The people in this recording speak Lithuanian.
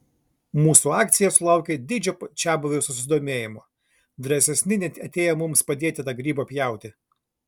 mūsų akcija sulaukė didžio čiabuvių susidomėjimo drąsesni net atėjo mums padėti tą grybą pjauti